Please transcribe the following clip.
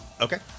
Okay